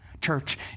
Church